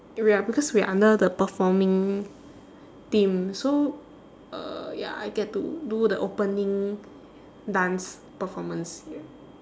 ya because we are under the performing team so uh ya I get to do the opening dance performance ya